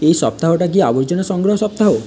এই সপ্তাহটা কি আবর্জনা সংগ্রহ সপ্তাহ